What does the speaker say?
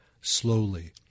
slowly